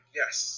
yes